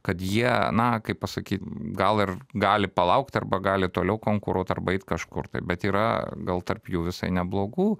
kad jie na kaip pasakyt gal ir gali palaukt arba gali toliau konkuruot arba eit kažkur tai bet yra gal tarp jų visai neblogų